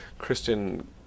Christian